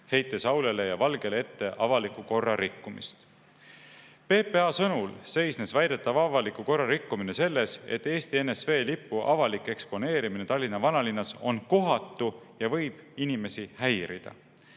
heites Aulele ja Valgele ette avaliku korra rikkumist. PPA sõnul seisnes väidetav avaliku korra rikkumine selles, et Eesti NSV lipu avalik eksponeerimine Tallinna vanalinnas on kohatu ja võib inimesi häirida.